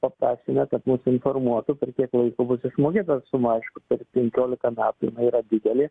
paprašėme kad mus informuotų per kiek laiko bus išmokėta suma aišku per penkiolika metų jinai yra didelė